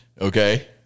Okay